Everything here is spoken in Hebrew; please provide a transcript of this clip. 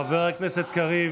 חבר הכנסת קריב,